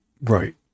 right